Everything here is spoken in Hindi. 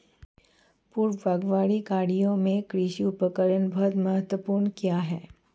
पूर्व बागवानी कार्यों में कृषि उपकरण बहुत महत्वपूर्ण क्यों है?